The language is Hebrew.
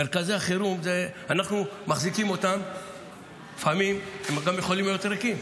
מרכזי החירום שאנחנו מחזיקים לפעמים גם יכולים להיות ריקים,